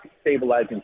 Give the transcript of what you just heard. stabilizing